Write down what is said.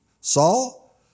Saul